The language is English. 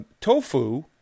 tofu